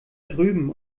drüben